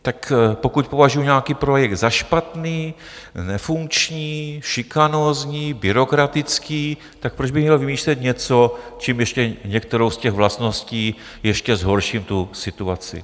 Tak pokud považuju nějaký projekt za špatný, nefunkční, šikanózní, byrokratický, tak proč bych měl vymýšlet něco, čím ještě některou z těch vlastností ještě zhorším tu situaci?